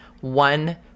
one